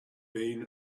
been